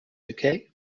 okay